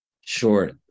Sure